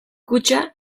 kutxa